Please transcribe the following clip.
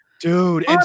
Dude